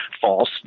false